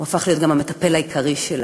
הוא הפך להיות גם המטפל העיקרי שלה.